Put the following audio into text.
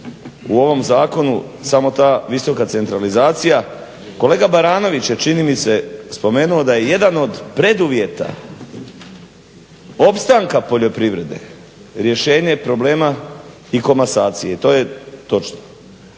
u ovom zakonu samo ta visoka centralizacija. Kolega Baranović je čini mi se spomenuo da je jedan od preduvjeta opstanka poljoprivrede rješenje problema i komasacije. To je točno.